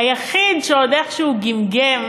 היחיד שעוד איכשהו גמגם